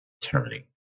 turning